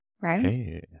right